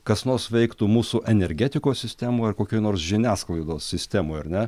kas nors veiktų mūsų energetikos sistemoje ar kokioj nors žiniasklaidos sistemoj ar ne